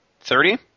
Thirty